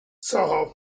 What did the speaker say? Soho